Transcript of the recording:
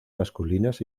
masculinas